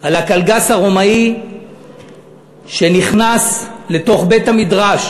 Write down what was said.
על הקלגס הרומאי שנכנס לתוך בית-המדרש